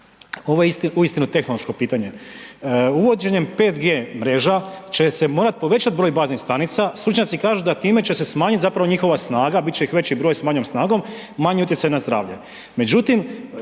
ovo je uistinu tehnološko pitanje. Uvođenjem 5G mreža će se morat povećat broj baznih stanica, stručnjaci kažu da time će se smanjit zapravo njihova snaga bit će ih veći broj s manjom snagom, manji utjecaj na zdravlje. Međutim,